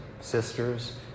sisters